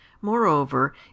Moreover